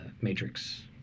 matrix